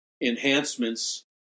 enhancements